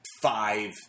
five